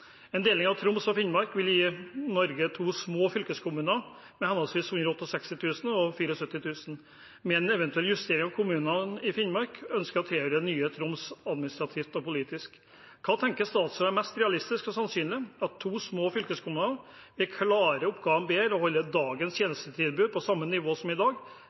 En deling av Troms og Finnmark vil gi Norge to små fylkeskommuner, med henholdsvis 168 000 og 74 000 innbyggere, med en eventuell justering med tanke på kommunene i Finnmark som ønsker å tilhøre nye Troms administrativt og politisk. Hva tenker statsråden er mest realistisk og sannsynlig – at to små fylkeskommuner vil klare oppgavene bedre og holde tjenestetilbudet på samme nivå som i dag,